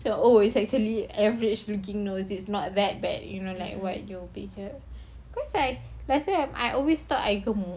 oh it's actually average looking nose it's not that bad you know like what you picture cause I last time I always thought I gemuk